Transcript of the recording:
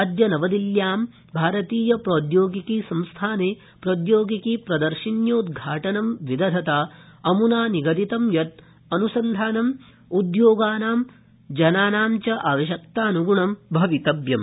अद्य नवदिल्लयां भारतीयप्रौद्योगिकीसंस्थाने प्रौद्योगिकी प्रदर्शिन्योद्घाटनं विदधता अम्ना निगदितं यत् अनुसन्धानम् उद्योगाना जनाना चावश्यकतान्ग्णं भवितव्यम्